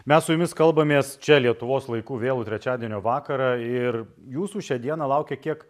mes su jumis kalbamės čia lietuvos laiku vėlų trečiadienio vakarą ir jūsų šią dieną laukia kiek